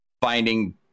finding